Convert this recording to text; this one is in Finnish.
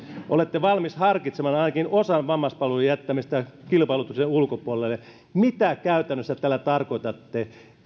olette valmis harkitsemaan ainakin joidenkin vammaispalvelujen jättämistä kilpailutuksen ulkopuolelle mitä käytännössä tällä tarkoitatte